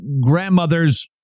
grandmother's